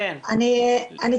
אני צירפתי אמנם בכתב,